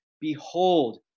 behold